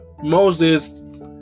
Moses